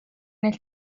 nel